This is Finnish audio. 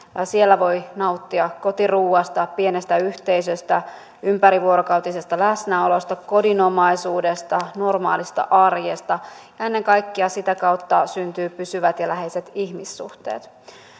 siellä voi nauttia kotiruuasta pienestä yhteisöstä ympärivuorokautisesta läsnäolosta kodinomaisuudesta normaalista arjesta ja ennen kaikkea sitä kautta syntyvät pysyvät ja läheiset ihmissuhteet